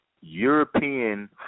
European